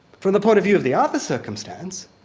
from the point of view of the other circumstance,